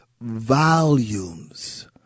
volumes